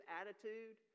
attitude